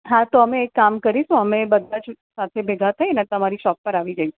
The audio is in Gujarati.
હા તો અમે એક કામ કરીશું અમે બધાં સાથે ભેગા થઈને તમારી શોપ પર આવી જઈશું